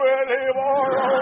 anymore